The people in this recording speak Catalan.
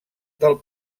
del